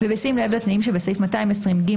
ובשים לב לתנאים שבסעיף 220(1)